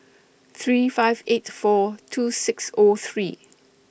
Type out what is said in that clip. three five eight four two six O three